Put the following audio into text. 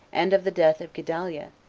and of the death of gedaliah,